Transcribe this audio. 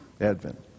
Advent